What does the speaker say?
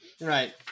right